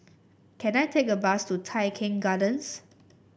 can I take a bus to Tai Keng Gardens